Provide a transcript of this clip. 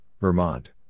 Vermont